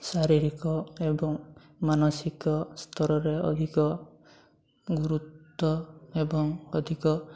ଶାରୀରିକ ଏବଂ ମାନସିକ ସ୍ତରରେ ଅଧିକ ଗରୁତ୍ଵ ଏବଂ ଅଧିକ